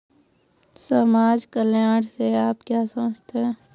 समाज कल्याण से आप क्या समझते हैं?